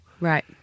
Right